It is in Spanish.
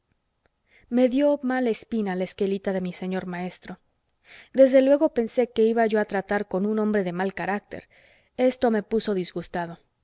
me dió mala espina la esquelita de mi señor maestro desde luego pensé que iba yo a tratar con un hombre de mal carácter esto me puso disgustado